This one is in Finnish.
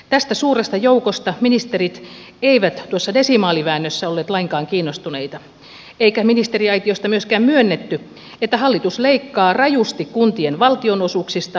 tästä suuresta joukosta ministerit eivät tuossa desimaaliväännössä olleet lainkaan kiinnostuneita eikä ministeriaitiosta myöskään myönnetty että hallitus leikkaa rajusti kuntien valtionosuuksista